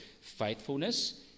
faithfulness